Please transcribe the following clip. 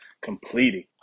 completing